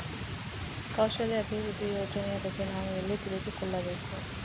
ಕೌಶಲ್ಯ ಅಭಿವೃದ್ಧಿ ಯೋಜನೆಯ ಬಗ್ಗೆ ನಾನು ಎಲ್ಲಿ ತಿಳಿದುಕೊಳ್ಳಬೇಕು?